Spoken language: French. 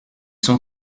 sont